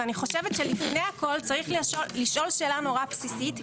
ואני חושבת שלפני הכל צריך לשאול שאלה נורא בסיסית.